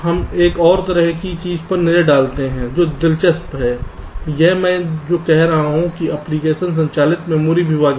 अब हम एक और तरह की चीज़ पर नज़र डालते हैं जो दिलचस्प है यह मैं कह रहा हूं कि एप्लिकेशन संचालित मेमोरी विभाजन